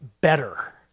better